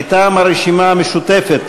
מטעם הרשימה המשותפת: